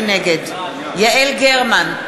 נגד יעל גרמן,